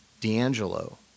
D'Angelo